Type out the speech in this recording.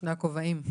כובעים.